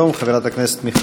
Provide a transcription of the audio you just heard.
כנסת נכבדה,